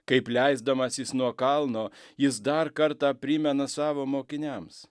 kaip leisdamasis nuo kalno jis dar kartą primena savo mokiniams